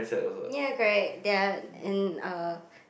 ya correct their and uh